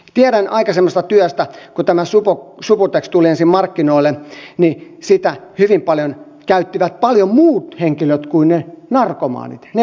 tiedän aikaisemmasta työstäni kun tämä subutex tuli ensin markkinoille että sitä hyvin paljon käyttivät muut henkilöt kuin ne narkomaanit ne joilla oli se heroiiniriippuvuus